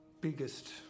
biggest